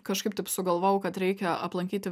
kažkaip taip sugalvojau kad reikia aplankyti